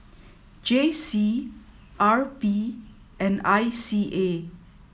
J C R P and I C A